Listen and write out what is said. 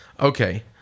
Okay